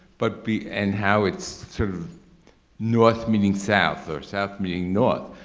but be and how it's sort of north meaning south or south meaning north.